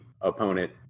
opponent